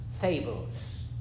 fables